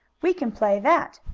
we can play that.